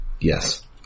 Yes